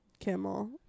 Kimmel